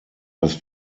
dass